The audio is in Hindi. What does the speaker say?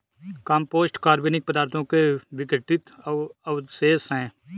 कम्पोस्ट कार्बनिक पदार्थों के विघटित अवशेष हैं